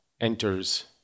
enters